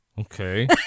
Okay